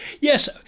Yes